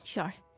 Sure